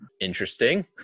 Interesting